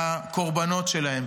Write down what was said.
לקורבנות שלהם.